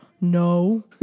No